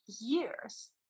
years